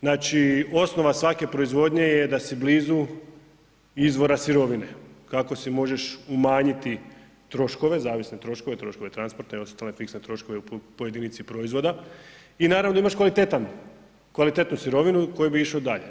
Znači osnova svake proizvodnje je da si blizu izvora sirovine kako si možeš umanjiti troškove, zavisne troškove, troškove transporta i ostale fiksne troškove po jedinici proizvoda i naravno imaš kvalitetnu sirovinu s kojom bi išao dalje.